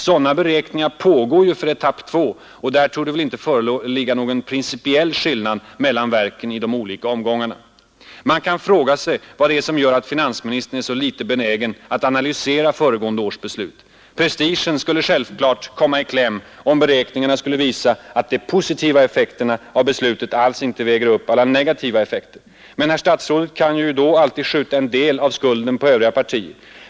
Sådana beräkningar pågår ju för etapp 2, och det torde väl inte föreligga någon principiell skillnad mellan verken i de olika omgångarna. Man kan fråga sig vad det är som gör att finansministern är så litet benägen att analysera föregående års beslut. Prestigen skulle självklart komma i kläm om beräkningarna skulle visa att de positiva effekterna av beslutet alls inte väger upp alla negativa faktorer. Men herr statsrådet kan ju då alltid skjuta en del av skulden på övriga partier.